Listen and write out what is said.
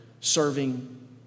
Serving